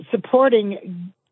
supporting